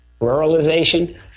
ruralization